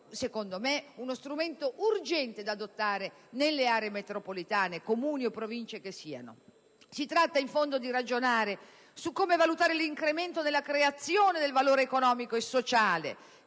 esempio, uno strumento urgente da adottare nelle aree metropolitane, Comuni o Province che siano. Si tratta in fondo di ragionare su come valutare l'incremento nella creazione del valore economico e sociale,